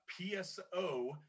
PSO